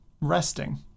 resting